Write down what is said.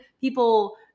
people